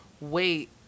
wait